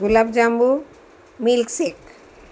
gulab jamun milk સેક